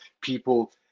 people